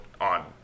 on